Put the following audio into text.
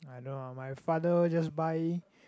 I don't ah my father just buy